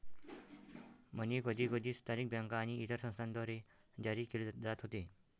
मनी कधीकधी स्थानिक बँका आणि इतर संस्थांद्वारे जारी केले जात होते